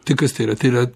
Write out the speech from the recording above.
tai kas tai yra tai yra